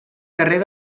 carrer